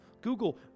Google